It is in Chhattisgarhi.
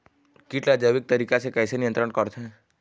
कीट ला जैविक तरीका से कैसे नियंत्रण करथे?